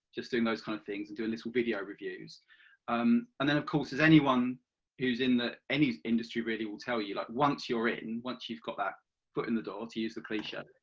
just doing those kind of things and doing little video reviews um and then, of course, as anyone who is in the any industry really will tell you, like once you are in, once you've got that foot in the door to use the